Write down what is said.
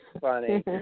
funny